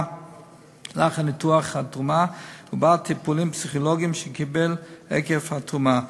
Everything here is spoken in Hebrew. לאחר ניתוח התרומה ובעד טיפולים פסיכולוגיים שקיבל עקב התרומה.